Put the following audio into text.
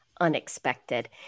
unexpected